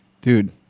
Dude